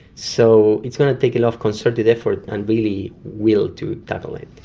so it's going to take a lot of concerted effort and really will to tackle it.